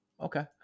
Okay